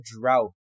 drought